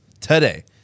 today